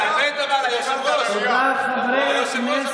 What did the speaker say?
האמת, אבל, היושב-ראש, תודה, חברי הכנסת.